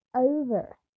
Over